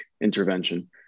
intervention